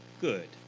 good